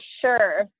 sure